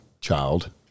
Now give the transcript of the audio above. child